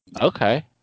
okay